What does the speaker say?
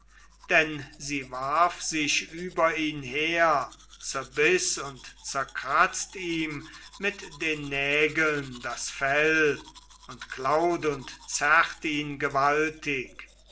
denn sie warf sich über ihn her zerbiß und zerkratzt ihm mit den nägeln das fell und klaut und zerrt ihn gewaltig